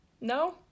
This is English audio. No